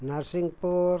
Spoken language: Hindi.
नरसिंहपुर